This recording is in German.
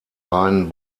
reinen